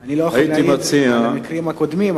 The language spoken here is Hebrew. אני לא יכול להעיד על המקרים הקודמים,